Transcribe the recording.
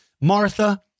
Martha